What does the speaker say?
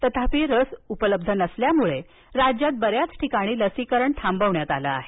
तथापि लस उपलब्ध नसल्यामुळे राज्यात बऱ्याच ठिकाणी लसीकरण थांबवण्यात आलं आहे